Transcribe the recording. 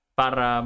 para